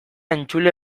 entzule